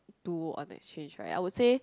to on exchange right I would say